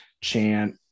chant